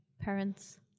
parents